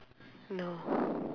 no